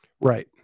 Right